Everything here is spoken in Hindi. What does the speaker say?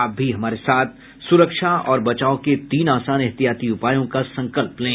आप भी हमारे साथ सुरक्षा और बचाव के तीन आसान एहतियाती उपायों का संकल्प लें